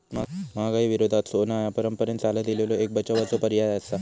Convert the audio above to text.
महागाई विरोधात सोना ह्या परंपरेन चालत इलेलो एक बचावाचो पर्याय आसा